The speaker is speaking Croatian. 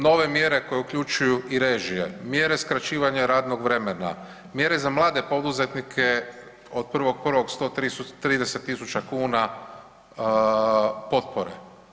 Nove mjere koje uključuju i režije, mjere skraćivanja radnog vremena, mjere za mlade poduzetnike od 1.1. 130.000 kuna potpore.